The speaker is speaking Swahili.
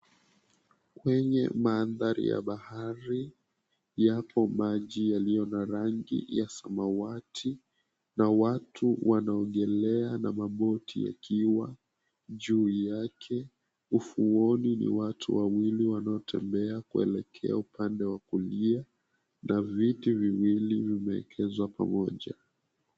Kwenye mandhari ya bahari, yapo maji yaliyo na rangi ya samawati na watu wanaogelea na maboti yakiwa juu yake. Ufuoni ni watu wawili wanaotembea kuelekea upande wa kulia na viti viwili vimeekezwa pamoja.